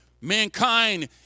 Mankind